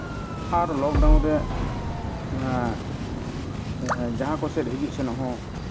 ᱟᱨ lockdown ᱨᱮ ᱡᱟᱦᱟᱸ ᱠᱚᱥᱮᱫ ᱦᱤᱡᱩᱜ ᱥᱮᱱᱚᱜ ᱦᱚᱸ